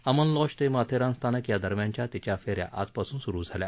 Aman lodge ते माथेरान स्थानक या दरम्यानच्या तिच्या फेऱ्या आजपासून सूरु झाल्या